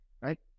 right